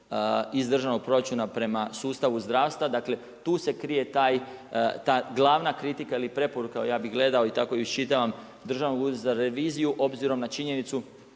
iz državnog proračuna prema sustavu zdravstva, dakle, tu se krije ta glavna kritika ili preporuku, ja bi gledao, i tako i iščitavam Državnog ureda za reviziju, obzirom na činjenicu,